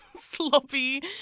sloppy